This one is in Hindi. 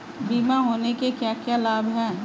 बीमा होने के क्या क्या लाभ हैं?